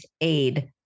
Aid